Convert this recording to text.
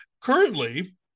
currently